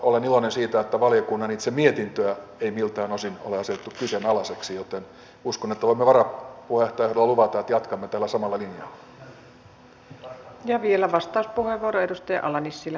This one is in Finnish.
olen iloinen siitä että valiokunnan itse mietintöä ei miltään osin ole asetettu kyseenalaiseksi joten uskon että voimme varapuheenjohtajan ehdolla luvata että jatkamme tällä samalla linjalla